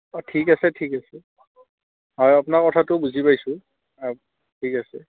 অঁ ঠিক আছে ঠিক আছে হয় আপোনাৰ কথাটো বুজি পাইছোঁ ঠিক আছে